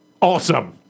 awesome